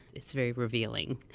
it's very revealing.